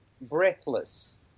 Breathless